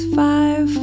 five